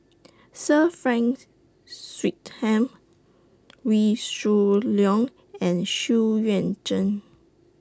Sir Frank Swettenham Wee Shoo Leong and Xu Yuan Zhen